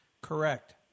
Correct